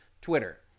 Twitter